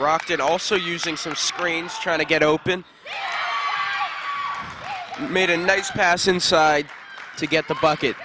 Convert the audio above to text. brockton also using some screens trying to get open made a nice pass inside to get the bucket